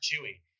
Chewy